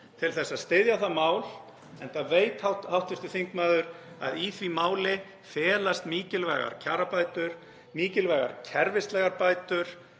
til að styðja það mál, enda veit hv. þingmaður að í því máli felast mikilvægar kjarabætur, mikilvægar kerfislægar bætur